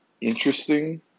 interesting